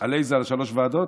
על איזה, על שלוש ועדות?